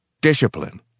Discipline